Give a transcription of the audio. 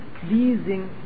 pleasing